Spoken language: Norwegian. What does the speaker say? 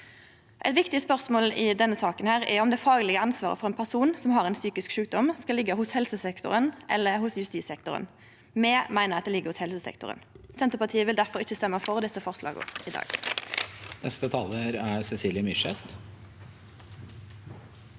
Eit viktig spørsmål i denne saka er om det faglege ansvaret for ein person som har ein psykisk sjukdom, skal liggje hos helsesektoren eller hos justissektoren. Me meiner at det ligg hos helsesektoren. Senterpartiet vil difor ikkje stemme for desse forslaga i dag. Cecilie Myrseth